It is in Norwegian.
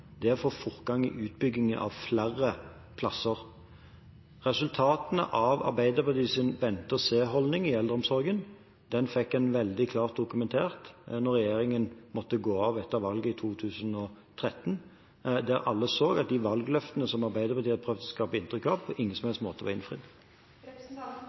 fortgang i utbyggingen av flere plasser. Resultatene av Arbeiderpartiets vente-og-se-holdning i eldreomsorgen fikk en veldig klart dokumentert da regjeringen måtte gå av etter valget i 2013. Alle så at valgløftene, det som Arbeiderpartiet hadde prøvd å skape et inntrykk av, på ingen som